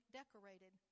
decorated